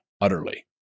utterly